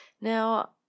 Now